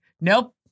nope